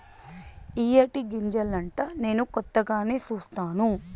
ఇయ్యే టీ గింజలంటా నేను కొత్తగానే సుస్తాను